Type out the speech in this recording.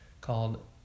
called